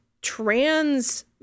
trans